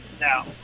Now